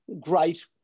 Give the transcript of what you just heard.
Great